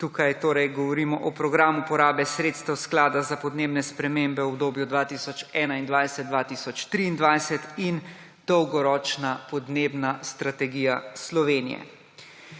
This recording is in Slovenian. tukaj torej govorimo o Programu porabe sredstev Sklada za podnebne spremembe v obdobju 2021–2023 in Dolgoročni podnebni strategiji Slovenije.